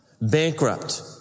bankrupt